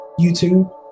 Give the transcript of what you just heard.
YouTube